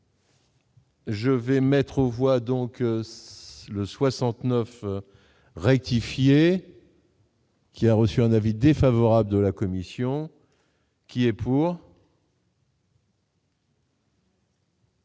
Je vais me mettre aux voix, donc le 69 rectifier. Qui a reçu un avis défavorable de la commission. Qui est pour.